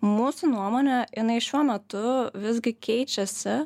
mūsų nuomone jinai šiuo metu visgi keičiasi